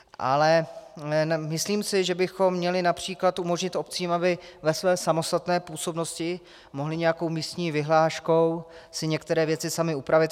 Ale myslím si, že bychom měli například umožnit obcím, aby ve své samostatné působnosti mohly nějakou místní vyhláškou si některé věci samy upravit.